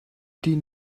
den